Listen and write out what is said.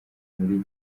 muri